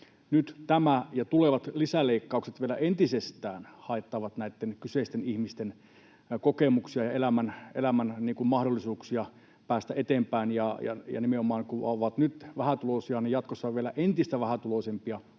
nyt tämä ja tulevat lisäleikkaukset vielä entisestään haittaavat näitten kyseisten ihmisten kokemuksia ja elämän mahdollisuuksia päästä eteenpäin — nimenomaan kun ovat nyt vähätuloisia, niin jatkossa ovat vielä entistä vähätuloisempia,